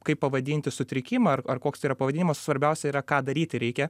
kaip pavadinti sutrikimą ar ar koks tai yra pavadinimas svarbiausia yra ką daryti reikia